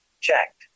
Checked